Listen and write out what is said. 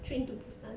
train to busan